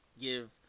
give